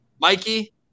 Mikey